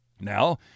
Now